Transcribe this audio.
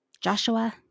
Joshua